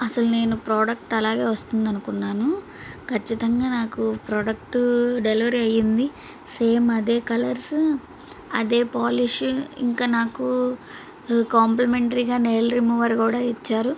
అసలు నేను ప్రోడక్ట్ అలాగే వస్తుంది అనుకున్నాను ఖచ్చితంగా నాకు ప్రోడక్ట్ డెలివరీ అయింది సేమ్ అదే కలర్స్ అదే పాలిష్ ఇంకా నాకు కాంప్లిమెంటరీగా నెయిల్ రిమూవర్ కూడా ఇచ్చారు